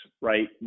right